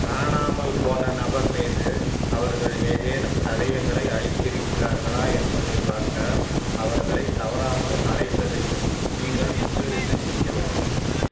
காணாமல் போன நபர் மீது அவர்கள் ஏதேனும் தடயங்களை அளித்திருக்கிறார்களா என்பதைப் பார்க்க அவர்களை தவறாமல் அழைப்பதையும் நீங்கள் முன்னுரிமை செய்ய வேண்டும்